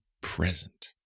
present